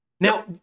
Now